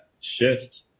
shift